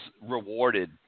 rewarded